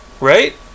Right